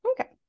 okay